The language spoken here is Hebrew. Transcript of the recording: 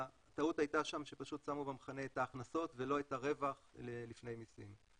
הטעות הייתה שם שפשוט שמו במכנה את ההכנסות ולא את הרווח לפני מיסים.